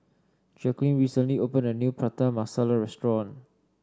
Jaqueline recently opened a new Prata Masala restaurant